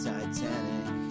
Titanic